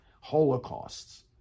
holocausts